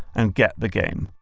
and get the game.